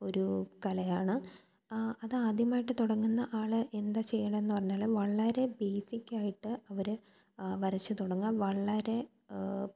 ഒരു കലയാണ് അത് ആദ്യമായിട്ട് തുടങ്ങുന്ന ആള് എന്താണ് ചെയ്യുന്നതെന്ന് പറഞ്ഞാല് വളരെ ബേസിക്കായിട്ട് അവര് വരച്ചു തുടങ്ങും വളരെ